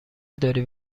داری